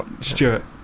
Stuart